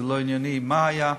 זה לא ענייני מה היה.